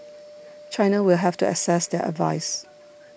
China will have to assess their advice